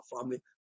family